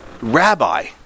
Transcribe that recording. Rabbi